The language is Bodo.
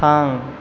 थां